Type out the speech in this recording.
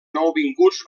nouvinguts